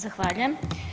Zahvaljujem.